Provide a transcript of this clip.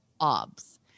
Obs